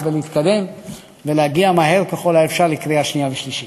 ולהתקדם ולהגיע מהר ככל האפשר לקריאה שנייה ושלישית.